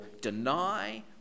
deny